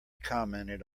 commented